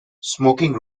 smoking